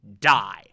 die